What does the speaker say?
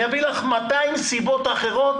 אני אביא לך 200 סיבות אחרות.